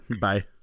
Bye